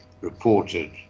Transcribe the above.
reported